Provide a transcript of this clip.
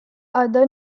other